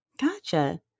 Gotcha